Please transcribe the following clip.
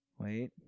Wait